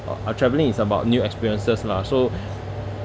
a traveling is about new experiences lah so